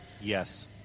Yes